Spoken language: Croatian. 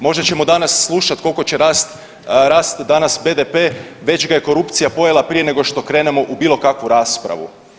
Možda ćemo danas slušat koliko će rast danas BDP, već ga je korupcija pojela prije nego što krenemo u bilo kakvu raspravu.